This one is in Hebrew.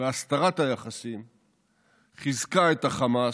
והסתרת היחסים חיזקה את החמאס,